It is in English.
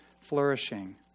flourishing